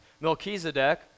Melchizedek